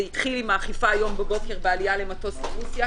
זה התחיל עם האכיפה הבוקר בעלייה למטוס לרוסיה,